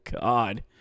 God